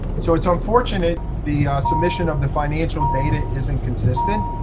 so it's unfortunate the submission of the financial data is inconsistent.